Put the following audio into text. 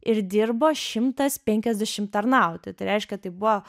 ir dirbo šimtas penkiasdešimt tarnautojai tai reiškia tai buvo